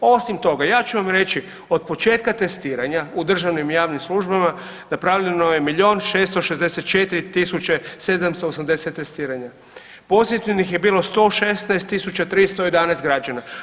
Osim toga ja ću vam reći od početka testiranja u državnim i javnim službama napravljeno je milion 664 tisuće 780 testiranja pozitivnih je bilo 116311 građana.